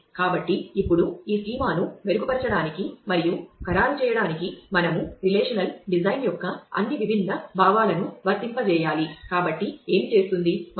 కాబట్టి ఇది తరువాత భాగాలను ఎలా విస్తరిస్తుందో చూద్దాం